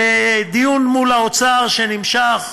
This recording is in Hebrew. דיון מול האוצר שנמשך